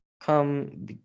come